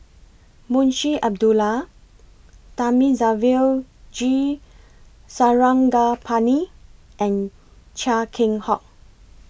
Munshi Abdullah Thamizhavel G Sarangapani and Chia Keng Hock